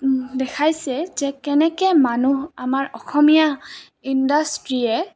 দেখাইছে যে কেনেকৈ মানুহ আমাৰ অসমীয়া ইণ্ডাষ্ট্ৰীয়ে